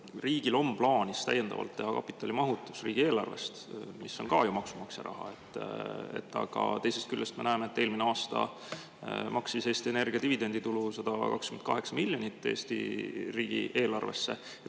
riigil on plaanis täiendavalt teha kapitalimahutus riigieelarvest, mis on ka ju maksumaksja raha? Teisest küljest me näeme, et eelmine aasta maksis Eesti Energia dividenditulu 128 miljonit Eesti riigieelarvesse.